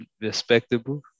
respectable